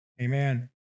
Amen